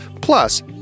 Plus